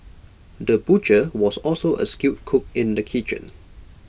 the butcher was also A skilled cook in the kitchen